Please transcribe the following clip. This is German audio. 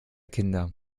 kinder